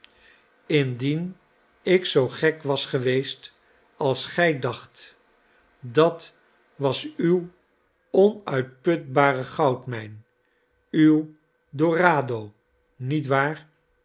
dien ik zoo gek was geweest als gij dacht dat was uwe onuitputbare goud mijn uw dorado niet waar